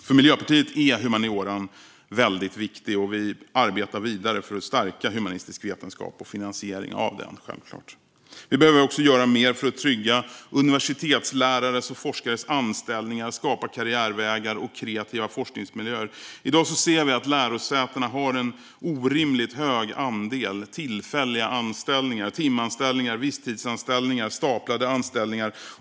För Miljöpartiet är humaniora väldigt viktigt, och vi arbetar vidare för att stärka humanistisk vetenskap och finansieringen av den. Vi behöver också göra mer för att trygga universitetslärares och forskares anställningar samt skapa karriärvägar och kreativa forskningsmiljöer. I dag ser vi att lärosätena har en orimligt stor andel tillfälliga anställningar, timanställningar, visstidsanställningar och staplade anställningar.